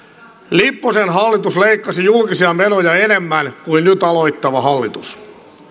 lipposen hallitus leikkasi julkisia menoja enemmän kuin nyt aloittava hallitus